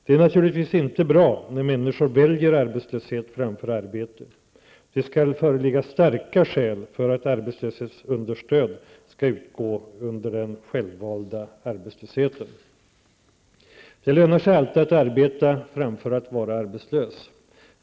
Det är naturligtvis inte bra när människor väljer arbetslöshet framför arbete. Det skall föreligga starka skäl för att arbetslöshetsunderstöd skall utgå under den självvalda arbetslösheten. Det lönar sig alltid att arbeta framför att vara arbetslös.